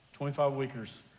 25-weekers